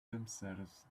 themselves